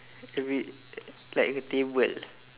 every like the table